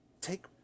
take